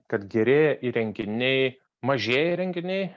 kad gerėja įrenginiai mažėja renginiai